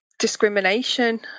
Discrimination